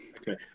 Okay